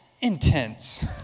intense